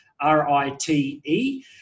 R-I-T-E